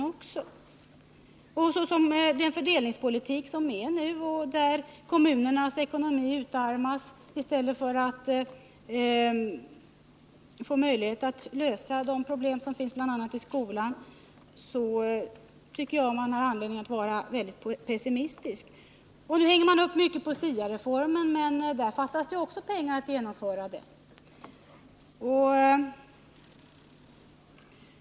Mot bakgrund av den fördelningspolitik som förs och som medför att kommunerna utarmas i stället för att få möjlighet att lösa de problem som finns bl.a. inom skolan tycker jag att man har anledning att vara väldigt pessimistisk. Nu hänger man upp mycket på SIA-reformen, men det fattas ju pengar också för att genomföra den.